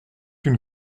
une